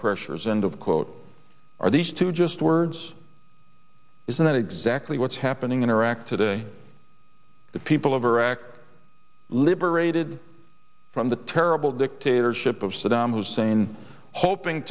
pressures and of quote are these two just words isn't that exactly what's happening in iraq today the people of iraq liberated from the terrible dictatorship of saddam hussein hoping